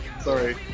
Sorry